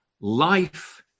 life